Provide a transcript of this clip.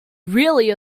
really